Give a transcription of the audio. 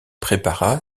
prépara